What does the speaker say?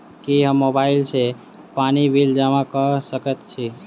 की हम मोबाइल सँ पानि बिल जमा कऽ सकैत छी?